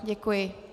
Děkuji.